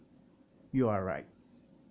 you are right